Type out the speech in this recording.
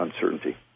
uncertainty